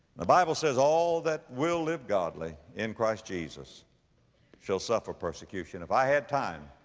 the bible says, all that will live godly in christ jesus shall suffer persecution. if i had time,